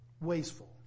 Wasteful